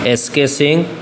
SK Singh